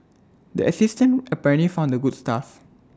the assistant apparently found the good stuff